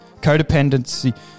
codependency